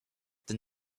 then